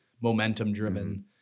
momentum-driven